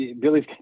Billy's